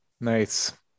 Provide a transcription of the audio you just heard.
nice